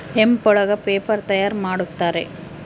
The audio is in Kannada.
ಹೆಂಪ್ ಒಳಗ ಪೇಪರ್ ತಯಾರ್ ಮಾಡುತ್ತಾರೆ